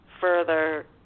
further